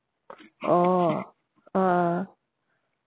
oh uh